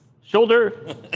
Shoulder